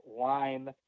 lime